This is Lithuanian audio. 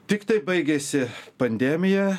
tiktai baigėsi pandemija